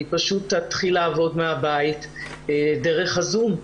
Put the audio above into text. אני פשוט אתחיל לעבוד מהבית דרך הזום.